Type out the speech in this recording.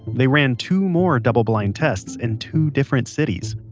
they ran two more double-blind tests in two different cities.